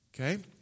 Okay